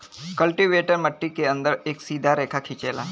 cultivator मट्टी के अंदर एक सीधा रेखा खिंचेला